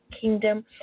kingdom